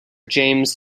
james